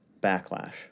backlash